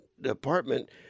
department